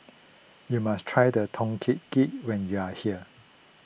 you must try the Tom Kha Gai when you are here